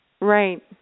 Right